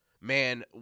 man